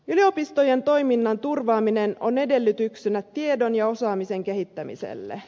yliopistojen toiminnan turvaaminen on edellytyksenä tiedon ja osaamisen kehittämiselle